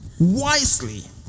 wisely